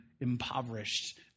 impoverished